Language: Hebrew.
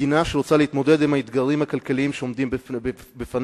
מדינה שרוצה להתמודד עם האתגרים הכלכליים שעומדים לפניה,